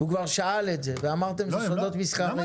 הוא כבר שאל את זה ואמרתם סודות מסחריים.